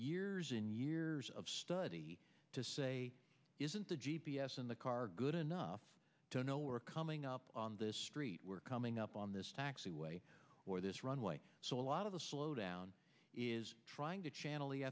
years and years of study to say isn't the g p s in the car good enough to know we're coming up on this street we're coming up on this taxiway or this runway so a lot of the slowdown is trying to channel